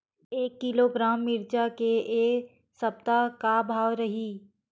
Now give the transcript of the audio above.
एक किलोग्राम मिरचा के ए सप्ता का भाव रहि?